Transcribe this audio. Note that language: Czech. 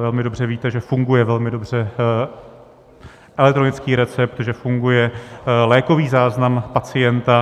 velmi dobře víte, že funguje velmi dobře elektronický recept, že funguje lékový záznam pacienta.